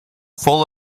full